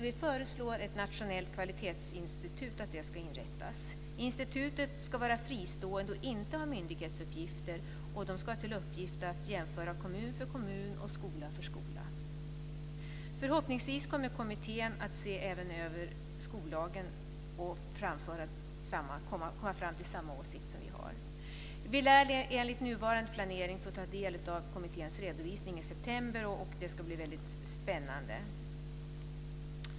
Vi föreslår att ett nationellt kvalitetsinstitut ska inrättas. Institutet ska vara fristående och inte ha myndighetsuppgifter, och det ska ha till uppgift att jämföra kommun för kommun och skola för skola. Förhoppningsvis kommer kommittén som ser över skollagen fram till samma åsikt som vi har. Vi lär enligt nuvarande planering få ta del av kommitténs redovisning i september, och det ska bli väldigt spännande.